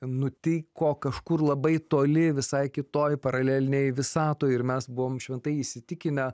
nutiko kažkur labai toli visai kitoj paralelinėj visatoj ir mes buvome šventai įsitikinę